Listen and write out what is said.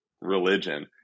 religion